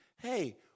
hey